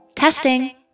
Testing